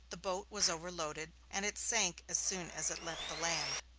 the boat was overloaded, and it sank as soon as it left the land.